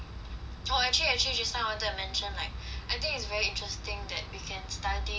orh actually actually just now I wanted to mention like I think it's very interesting that we can study